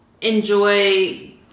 enjoy